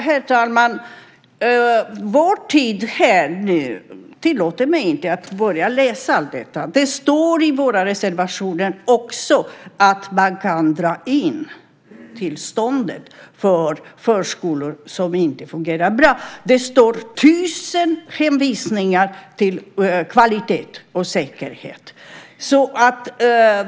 Herr talman! Talartiden tillåter mig inte att börja läsa allt detta. Det står i vår reservation också att man kan dra in tillståndet för förskolor som inte fungerar bra. Det står tusen hänvisningar till kvalitet och säkerhet.